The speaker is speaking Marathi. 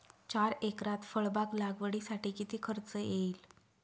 चार एकरात फळबाग लागवडीसाठी किती खर्च येईल?